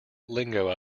lingo